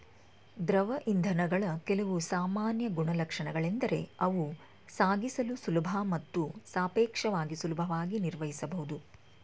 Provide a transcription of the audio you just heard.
ದ್ರವ ಇಂಧನಗಳ ಕೆಲವು ಸಾಮಾನ್ಯ ಗುಣಲಕ್ಷಣಗಳೆಂದರೆ ಅವು ಸಾಗಿಸಲು ಸುಲಭ ಮತ್ತು ಸಾಪೇಕ್ಷವಾಗಿ ಸುಲಭವಾಗಿ ನಿರ್ವಹಿಸಬಹುದು